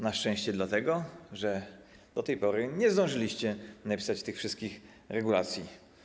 Na szczęście dlatego, że do tej pory nie zdążyliście napisać tych wszystkich regulacji.